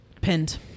pinned